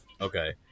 Okay